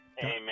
Amen